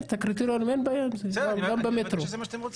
ואני עשיתי כל מאמץ אפשרי בכדי להגיע להסכמות ואני שמח שאנחנו ברוב